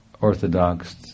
Orthodox